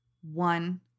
One